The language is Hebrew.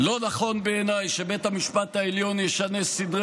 "לא נכון בעיניי שבית המשפט העליון ישנה סדרי